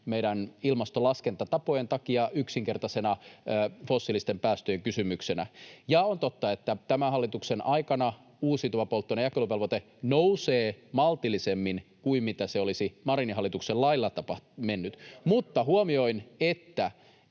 meidän ilmastolaskentatapojen takia yksinkertaisena fossiilisten päästöjen kysymyksenä. Ja on totta, että tämän hallituksen aikana uusiutuvan polttoaineen jakeluvelvoite nousee maltillisemmin kuin mitä se olisi Marinin hallituksen lailla mennyt. [Atte Harjanteen